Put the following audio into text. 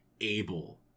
able